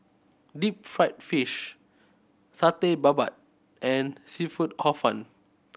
deep fried fish Satay Babat and seafood Hor Fun